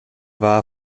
war